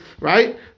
right